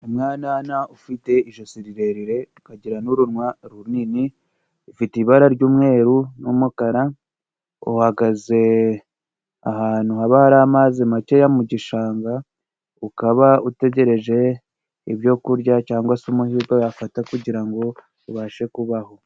Umwanana ufite ijosi rirerire, ukagira n'urunwa runini, ufite ibara ry'umweru n'umukara, uhagaze ahantu haba hari amazi make yo mu gishanga, ukaba utegereje ibyo kurya, cyangwa se amahirwe wafata kugirango ngo ubashe kubaho.